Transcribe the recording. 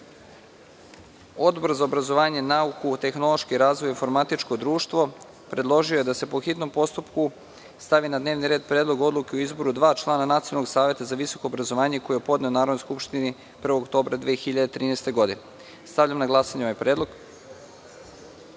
za obrazovanje, nauku, tehnološki razvoj i informatičko društvo, predložio je da se po hitnom postupku stavi na dnevni red Predlog odluke o izboru dva člana Nacionalnog saveta za visoko obrazovanje, koji je podneo Narodnoj skupštini 1. oktobra 2013. godine. Stavljam na glasanje ovaj predlog. Molim